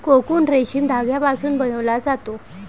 cocoon रेशीम धाग्यापासून बनवला जातो